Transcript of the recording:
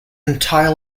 entire